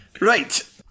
Right